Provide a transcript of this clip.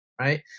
right